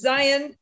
Zion